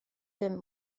dim